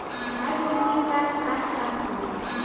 Hybrid में का खास बात होला?